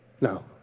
No